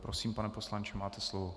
Prosím, pane poslanče, máte slovo.